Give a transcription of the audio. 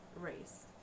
race